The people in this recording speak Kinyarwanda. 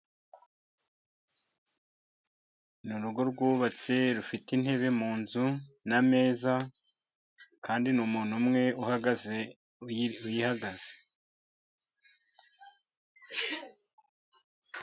Ni urugo rwubatse rufite intebe mu nzu, n'ameza kandi n umuntu umwe uhagaze uyihagaze.